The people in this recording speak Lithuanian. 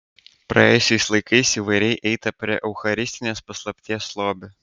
praėjusiais laikais įvairiai eita prie eucharistinės paslapties lobių